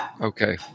Okay